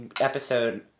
episode